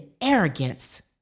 arrogance